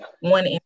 one